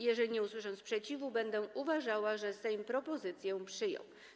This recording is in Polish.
Jeżeli nie usłyszę sprzeciwu, będę uważała, że Sejm propozycje przyjął.